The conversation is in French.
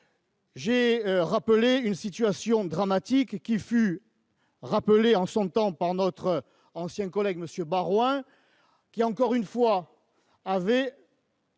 l'accent sur une situation dramatique, qui fut rappelée en son temps par notre ancien collègue M. Baroin, qui, encore une fois, s'était